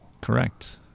Correct